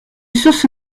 source